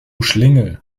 schlingel